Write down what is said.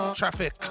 traffic